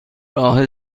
راه